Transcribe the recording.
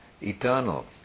eternal